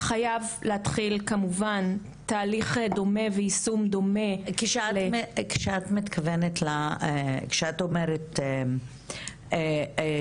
חייב להתחיל כמובן תהליך דומה ויישום דומה --- כשאת אומרת טיפול